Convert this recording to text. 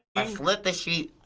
i slit the sheet.